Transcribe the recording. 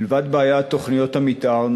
מלבד בעיית תוכניות המתאר,